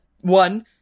one